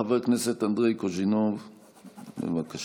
חבר הכנסת אנדרי קוז'ינוב, בבקשה.